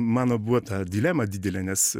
mano buvo ta dilema didelė nes